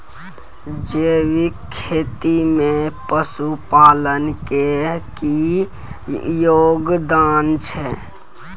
जैविक खेती में पशुपालन के की योगदान छै?